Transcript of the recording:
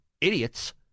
idiots